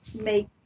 make